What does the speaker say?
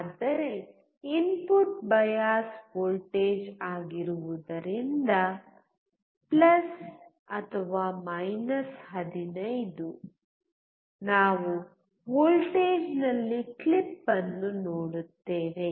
ಆದರೆ input bias voltage ಆಗಿರುವುದರಿಂದ 15 ನಾವು ವೋಲ್ಟೇಜ್ನಲ್ಲಿ ಕ್ಲಿಪ್ ಅನ್ನು ನೋಡುತ್ತೇವೆ